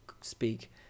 speak